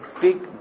big